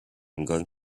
going